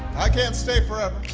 i can't stay forever.